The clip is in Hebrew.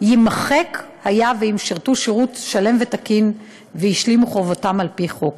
יימחק אם הם שירתו שירות צבאי תקין והשלימו את חובתם על-פי חוק.